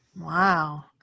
Wow